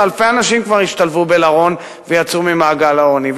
ואלפי אנשים כבר השתלבו לפי חוק לרון ויצאו ממעגל העוני.